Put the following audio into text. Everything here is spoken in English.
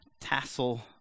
tassel